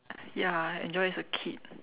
ya enjoy as a kid